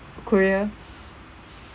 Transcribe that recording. korea